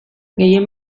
gehien